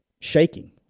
shaking